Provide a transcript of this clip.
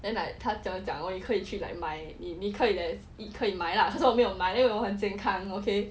then like 他就讲你可以去买 like 你你可以买 lah 可是我没有买因为我很健康 okay